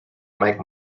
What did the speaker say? mike